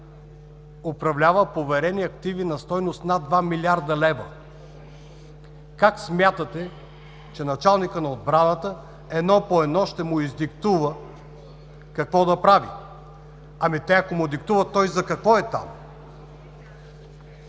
управлява поверени активи на стойност над 2 млрд. лв. Как смятате, че началникът на отбраната едно по едно ще му издиктува какво да прави? Ами те, ако му диктуват, той за какво е там?!